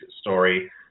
story